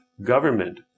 government